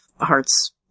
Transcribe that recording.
hearts